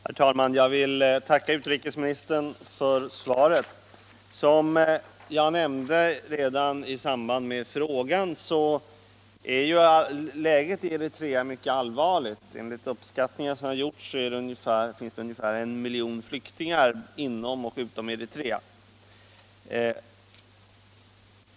Herr talman! Jag vill tacka utrikesministern för svaret. Som jag nämnde redan i samband med frågan är läget i Eritrea mycket allvarligt. Enligt uppskattningar som har gjorts finns det ungefär 1 miljon flyktingar inom och utom Eritrea.